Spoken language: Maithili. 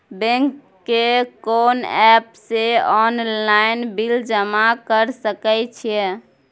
बैंक के कोन एप से ऑनलाइन बिल जमा कर सके छिए?